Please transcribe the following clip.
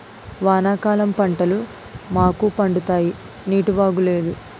వానాకాలం పంటలు మాకు పండుతాయి నీటివాగు లేదు